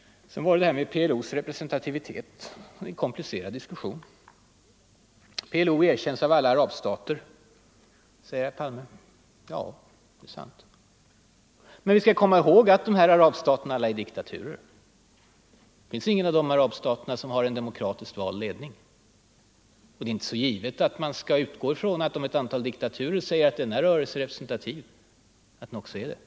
Sedan till det här med PLO:s representativitet! Det är en komplicerad diskussion. PLO erkänns av alla arabstater, säger herr Palme. Ja, det Nr 127 är sant. Men vi skall komma ihåg att alla dessa arabstater är diktaturer. Fredagen den Ingen av dem har en demokratiskt vald ledning. Och det är inte givet 22 november 1974 att man skall utgå ifrån att en rörelse är representativ därför att ett antal diktaturer säger det. Ang.